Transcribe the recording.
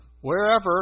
wherever